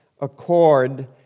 Accord